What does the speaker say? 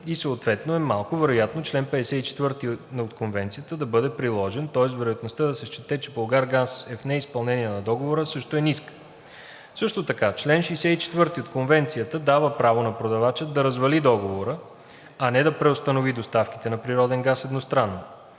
и съответно е малко вероятно чл. 54 от Конвенцията да бъде приложен, тоест вероятността да се счете, че „Булгаргаз“ е в неизпълнение на Договора също е ниска. Също така чл. 64 от Конвенцията дава право на продавача да развали договора, а не да преустанови доставките на природен газ едностранно.